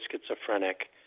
schizophrenic